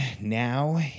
now